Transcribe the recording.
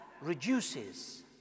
reduces